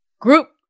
group